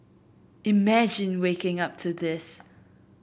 imagine waking up to this